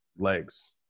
legs